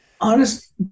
honest